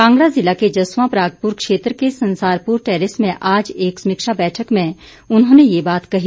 कांगड़ा जिला के जसवां परागपुर क्षेत्र के संसारपुर टैरेस में आज एक समीक्षा बैठक में उन्होंने ये बात कही